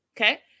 okay